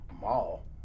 Mall